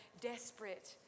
desperate